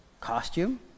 costume